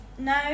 No